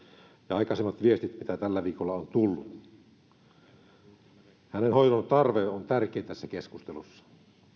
ja aikaisemmat viestit mitä tällä viikolla on tullut ovat kyllä osoittaneet hoidon tarve on tärkeä asia tässä keskustelussa